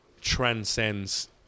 transcends